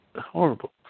horrible